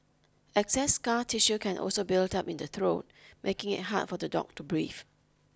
excess scar tissue can also build up in the throat making it hard for the dog to breathe